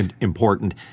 important